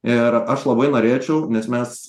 ir aš labai norėčiau nes mes